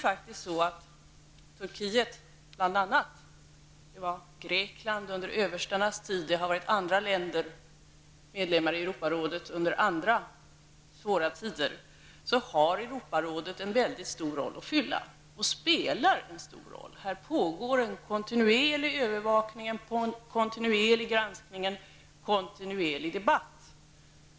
För bl.a. Turkiet -- tidigare är det Grekland under överstarnas tid och andra länder som har varit medlemmar i Europarådet under svåra tider -- har Europarådet en stor roll att fylla. Här pågår en kontinuerlig övervakning, en kontinuerlig granskning och en kontinuerlig debatt.